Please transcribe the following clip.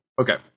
Okay